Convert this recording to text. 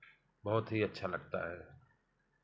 बहुत ही अच्छा लगता है